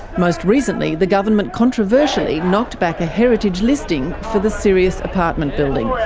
most recently, the government controversially knocked back a heritage listing for the sirius apartment building.